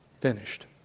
Finished